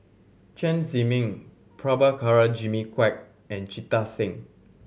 Chen Zhiming Prabhakara Jimmy Quek and Jita Singh